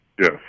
Yes